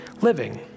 living